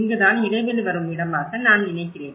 இங்குதான் இடைவெளி வரும் இடமாக நான் நினைக்கிறேன்